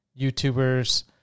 YouTubers